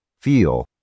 feel